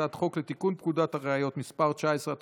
הצעת חוק לתיקון פקודת הראיות (מס' 19),